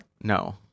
No